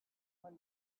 when